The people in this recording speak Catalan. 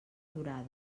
dorada